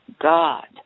God